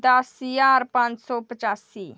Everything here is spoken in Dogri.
दस्स ज्हार पंज सौ पचासी